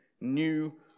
new